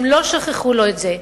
הם לא שכחו לו את זה.